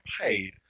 paid